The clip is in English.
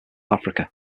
africa